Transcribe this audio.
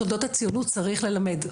תולדות הציונות צריך ללמד,